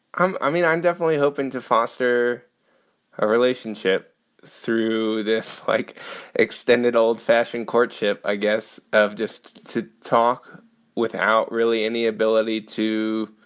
i mean, i'm definitely hoping to foster a relationship through this, like extended old fashioned courtship, i guess, of just to talk without really any ability to.